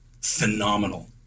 phenomenal